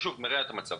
זה מרע את המצב.